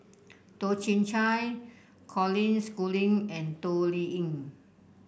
Toh Chin Chye Colin Schooling and Toh Liying